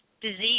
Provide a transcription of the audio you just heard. disease